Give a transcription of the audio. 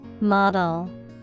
Model